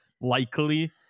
likely